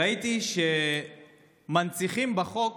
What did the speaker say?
ראיתי שמנציחים בחוק